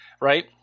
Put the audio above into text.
right